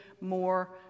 more